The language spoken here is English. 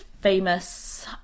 famous